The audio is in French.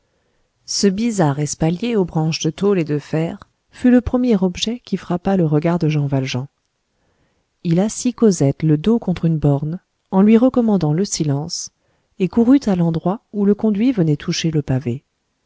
ce bizarre espalier aux branches de tôle et de fer fut le premier objet qui frappa le regard de jean valjean il assit cosette le dos contre une borne en lui recommandant le silence et courut à l'endroit où le conduit venait toucher le pavé